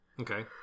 Okay